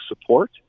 support